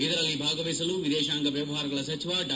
ಅದರಲ್ಲಿ ಭಾಗವಹಿಸಲು ವಿದೇಶಾಂಗ ವ್ಯವಹಾರಗಳ ಸಚಿವ ಡಾ